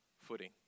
footing